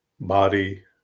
body